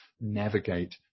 navigate